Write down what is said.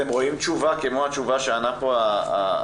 אתם רואים תשובה, כמו התשובה שענה פה הסמינר.